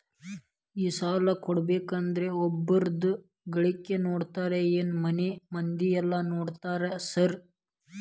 ಈ ಸಾಲ ಕೊಡ್ಬೇಕಂದ್ರೆ ಒಬ್ರದ ಗಳಿಕೆ ನೋಡ್ತೇರಾ ಏನ್ ಮನೆ ಮಂದಿದೆಲ್ಲ ನೋಡ್ತೇರಾ ಸಾರ್?